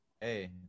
Hey